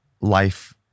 life